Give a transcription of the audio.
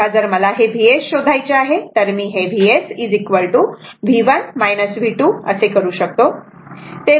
तेव्हा जर मला हे Vs शोधायचे आहे तर मी Vs V1 V2 असे सहज करू शकतो